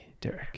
Derek